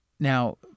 Now